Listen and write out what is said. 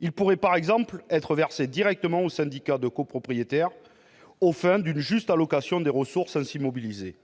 Il pourrait, par exemple, être versé directement au syndicat de copropriétaires, aux fins d'une juste allocation des ressources ainsi mobilisées.